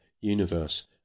universe